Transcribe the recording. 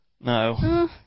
no